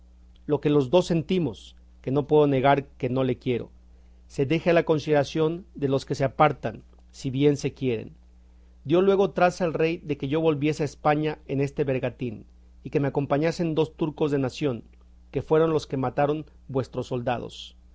lo que los dos sentimos que no puedo negar que no le quiero se deje a la consideración de los que se apartan si bien se quieren dio luego traza el rey de que yo volviese a españa en este bergantín y que me acompañasen dos turcos de nación que fueron los que mataron vuestros soldados